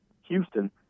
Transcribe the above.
Houston